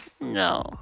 No